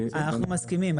אנחנו מסכימים.